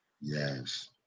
yes